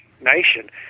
nation